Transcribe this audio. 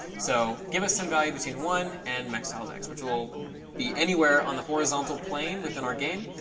so give us some value between one and max tiles x, which will be anywhere on the horizontal plane within our game.